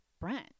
Brent